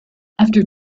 after